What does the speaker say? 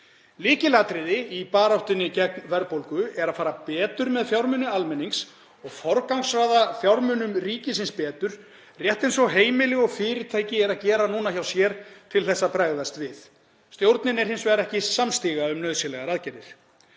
Lykilatriði í baráttunni gegn verðbólgu er að fara betur með fjármuni almennings og forgangsraða fjármunum ríkisins betur rétt eins og heimili og fyrirtæki eru að gera núna hjá sér til að bregðast við. Stjórnin er hins vegar ekki samstiga um nauðsynlegar aðgerðir.